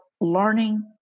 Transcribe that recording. learning